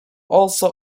also